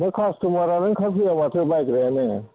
बे कास्थ'मारानो ओंखारफैया माथो बायग्रायानो